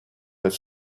have